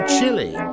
Chile